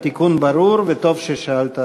התיקון ברור וטוב ששאלת,